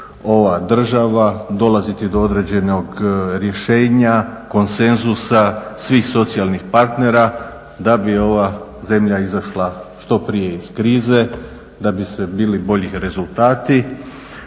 ova država, dolaziti do određenog rješenja, konsenzusa svih socijalnih partnera da bi ova zemlja izašla što prije iz krize, da bi bili bolji rezultati.